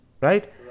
right